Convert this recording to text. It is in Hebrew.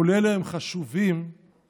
כל אלה הם חשובים מאוד,